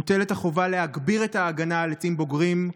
מוטלת החובה להגביר את ההגנה על עצים בוגרים,